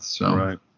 Right